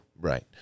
right